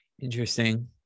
Interesting